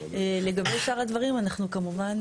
לגבי שאר הדברים אנחנו כמובן